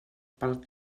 pel